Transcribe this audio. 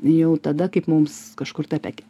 jau tada kaip mums kažkur tai apie